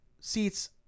Seats